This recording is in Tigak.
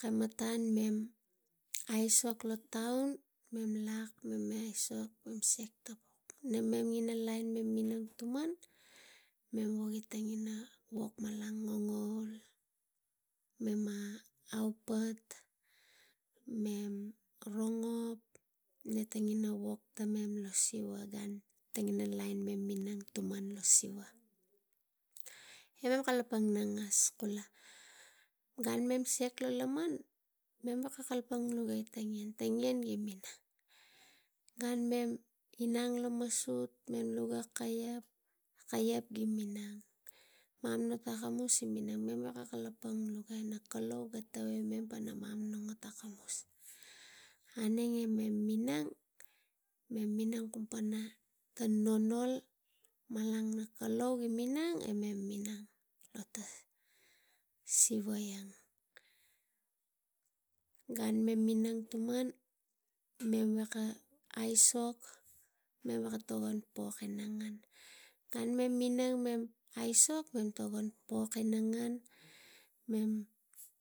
Kamatan mem aisok lo taun mem lak mema asiok. Namem ina lain mem minang tuman tang ina wog malang ina ngongaul mema aupet, mem rongok netang ina wog lo siva tanik tang ina lain mem minang nnon le siva. E mem kalapang nangas kula wo mem siak lo laman mem ka kalapang pana tang ien, tang ien gi inang e gan mem hang lo masut mem luga kaiep gi minang mamana ot kamus mema veko kalapang e na kalou ga tavai mem anos e mem eng mema minang tang nonol malang siva lang gan mem minang mem veko pok tokon pok ina ngen gan mem minang, mem aisok pal pok ina ngen mem